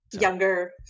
younger